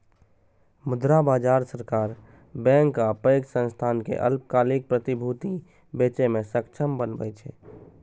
मुद्रा बाजार सरकार, बैंक आ पैघ संस्थान कें अल्पकालिक प्रतिभूति बेचय मे सक्षम बनबै छै